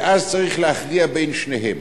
ואז צריך להכריע בין שניהם.